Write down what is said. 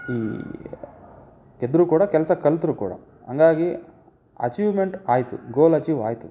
ಈ ಗೆದ್ದರು ಕೂಡ ಕೆಲಸ ಕಲ್ತರು ಕೂಡ ಹಂಗಾಗಿ ಅಚೀವ್ಮೆಂಟ್ ಆಯಿತು ಗೋಲ್ ಅಚೀವ್ ಆಯಿತು